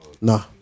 No